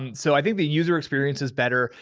and so i think the user experience is better.